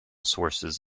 sources